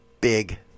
big